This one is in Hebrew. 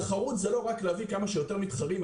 תחרות זה לא רק להביא כמה שיותר מתחרים,